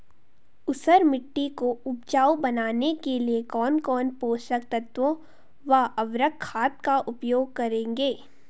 ऊसर मिट्टी को उपजाऊ बनाने के लिए कौन कौन पोषक तत्वों व उर्वरक खाद का उपयोग करेंगे?